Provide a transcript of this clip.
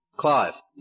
Clive